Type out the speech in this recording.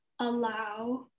allow